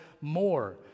more